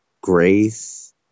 Grace